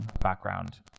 background